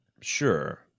Sure